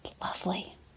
Lovely